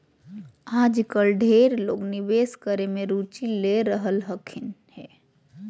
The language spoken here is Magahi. आजकल ढेर लोग निवेश करे मे रुचि ले रहलखिन हें